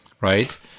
right